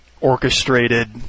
orchestrated